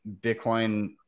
Bitcoin